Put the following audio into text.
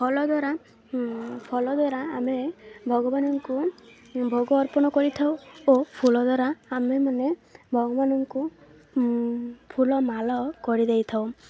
ଫଳ ଦ୍ୱାରା ଫଳ ଦ୍ୱାରା ଆମେ ଭଗବାନଙ୍କୁ ଭୋଗ ଅର୍ପଣ କରିଥାଉ ଓ ଫୁଲ ଦ୍ୱାରା ଆମେମାନେ ଭଗବାନଙ୍କୁ ଫୁଲ ମାଳ କରିଦେଇ ଥାଉ